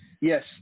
yes